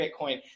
Bitcoin